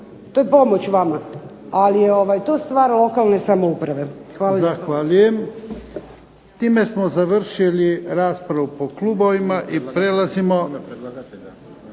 to je pomoć vama, ali to je stvar lokalne samouprave. Hvala